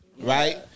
right